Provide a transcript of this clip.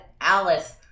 Alice